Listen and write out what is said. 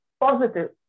positive